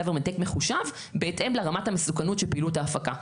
government take מחושב בהתאם לרמת המסוכנות של פעילות ההפקה.